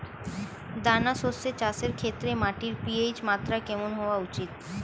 দানা শস্য চাষের ক্ষেত্রে মাটির পি.এইচ মাত্রা কেমন হওয়া উচিৎ?